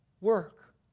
work